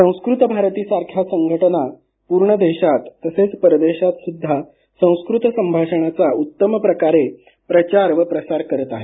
संस्कृत भारती सारख्या संघटना पूर्ण देशात तसेच परदेशात सुद्धा संस्कृत संभाषणाचा उत्तम प्रकारे प्रचार व प्रसार करत आहेत